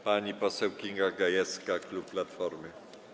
Pani poseł Kinga Gajewska, klub Platformy.